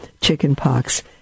chickenpox